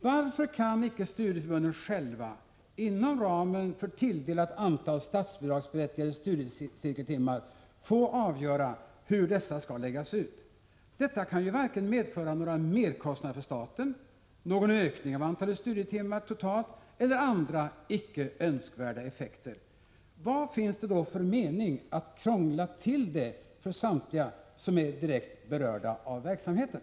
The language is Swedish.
Varför kan inte studieförbunden själva inom ramen för tilldelat antal statsbidragsberättigade studiecirkeltimmar få avgöra hur dessa skall läggas ut? Detta kan varken medföra några merkostnader för staten, någon ökning av antalet studietimmar totalt eller andra, icke önskvärda effekter. Vad finns det då för anledning att krångla till det för samtliga som är direkt berörda av verksamheten?